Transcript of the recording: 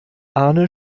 arne